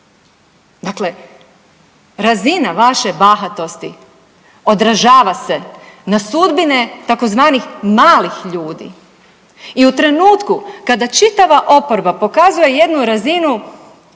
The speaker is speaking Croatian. Dakle, razina vaše bahatosti odražava se na sudbine tzv. malih ljudi i u trenutku kada čitava oporba pokazuje jednu razinu